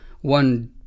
one